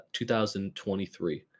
2023